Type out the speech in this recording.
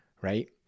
right